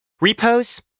Repos